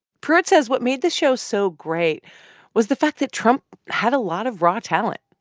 pruitt says what made the show so great was the fact that trump had a lot of raw talent.